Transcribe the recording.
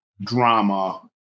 drama